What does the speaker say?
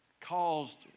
Caused